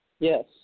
Yes